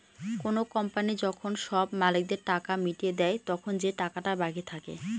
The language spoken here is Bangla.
কোনো কোম্পানি যখন সব মালিকদের টাকা মিটিয়ে দেয়, তখন যে টাকাটা বাকি থাকে